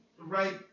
right